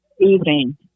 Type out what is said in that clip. evening